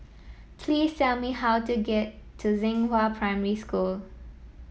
please tell me how to get to Xinghua Primary School